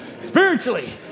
Spiritually